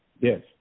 Yes